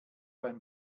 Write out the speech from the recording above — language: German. beim